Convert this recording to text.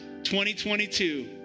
2022